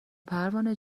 پروانه